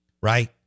Right